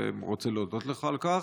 ורוצה להודות לך על כך.